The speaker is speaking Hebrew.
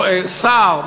שר,